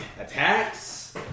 attacks